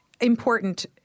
Important